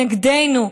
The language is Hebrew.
נגדנו.